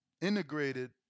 integrated